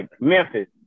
Memphis